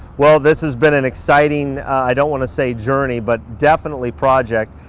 well this has been an exciting, i don't want to say journey, but definitely project.